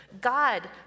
God